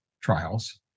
trials